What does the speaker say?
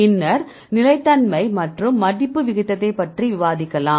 பின்னர் நிலைத்தன்மை மற்றும் மடிப்பு விகிதத்தை பற்றி விவாதிக்கலாம்